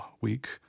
week